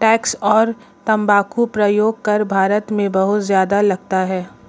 tax और तंबाकू प्रयोग कर भारत में बहुत ज्यादा लगता है